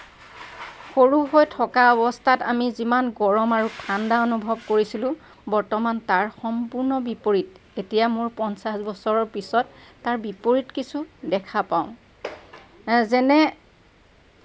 সৰু হৈ থকা অৱস্থাত আমি যিমান গৰম আৰু ঠাণ্ডা অনুভৱ কৰিছিলোঁ বৰ্তমান তাৰ সম্পূৰ্ণ বিপৰীত এতিয়া মোৰ পঞ্চাছ বছৰৰ পিছত তাৰ বিপৰীত কিছু দেখা পাওঁ যেনে